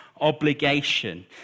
obligation